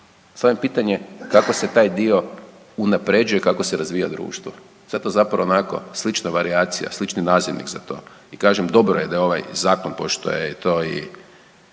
je pitanje kako se taj dio unapređuje kako se razvija društvo, sve to zapravo onako slična varijacija, slični nazivnik za to. I kažem dobro je da je ovaj zakon pošto je to i